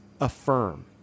affirm